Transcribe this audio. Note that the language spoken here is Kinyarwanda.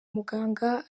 muganga